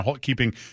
keeping